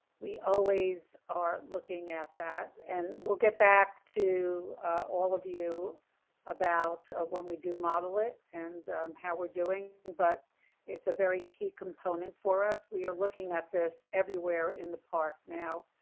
we always are looking at that and we'll get back to all of you about when we do model it and how we're doing. but it's a very key component for us. we are looking at this everywhere in the park. now,